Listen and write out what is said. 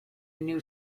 new